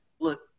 look